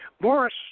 Morris